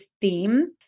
theme